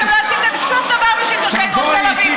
ואתם לא עשיתם שום דבר בשביל תושבי דרום תל אביב.